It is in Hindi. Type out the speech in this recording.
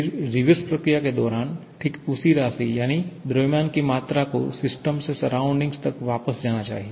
फिर रिवर्स प्रक्रिया के दौरान ठीक उसी राशि यानी द्रव्यमान की मात्रा को सिस्टम से सराउंडिंग तक वापस जाना चाहिए